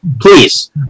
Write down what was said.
Please